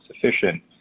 sufficient